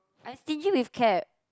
I'm stingy with cab